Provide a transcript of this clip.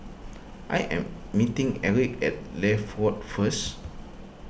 I am meeting Erick at Leith Road first